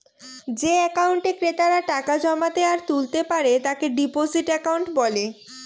যে একাউন্টে ক্রেতারা টাকা জমাতে আর তুলতে পারে তাকে ডিপোজিট একাউন্ট বলে